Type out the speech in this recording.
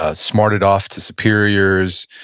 ah smarted off to superiors,